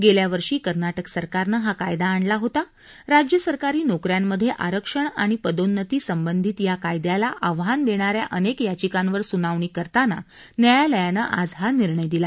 गेल्यावर्षी कर्नाटक सरकारनं हा कायदा आणला होता राज्य सरकारी नोकऱ्यांमध्ये आरक्षण आणि पदोन्नती संबंधित या कायद्याला आव्हान देणा या अनेक याचिकांवर सुनावणी करताना न्यायालयानं आज हा निर्णय दिला